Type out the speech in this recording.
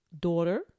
daughter